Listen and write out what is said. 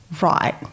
right